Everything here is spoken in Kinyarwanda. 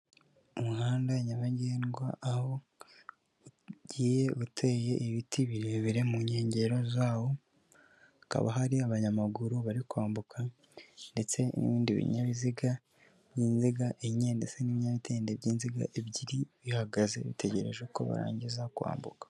Umuhanda nyabagendwa, aho ugiye uteye ibiti birebire mu nkengero zawo, hakaba hari abanyamaguru bari kwambuka ndetse n'ibindi binyabiziga by'inziga enye ndetse n'ibinyamidende by'inziga ebyiri, bihagaze bitegereje ko barangiza kwambuka.